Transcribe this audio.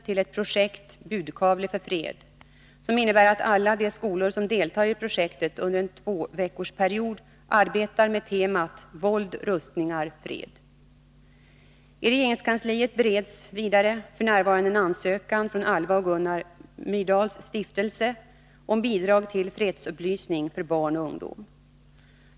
till ett projekt Budkavle för fred, som innebär att alla de skolor som deltar i projektet under en tvåveckorsperiod arbetar med temat våld — rustningar — fred. I regeringskansliet bereds vidare f.n. en ansökan från Alva och Gunnar Myrdals stiftelse om bidrag till fredsupplysning för barn och ungdom.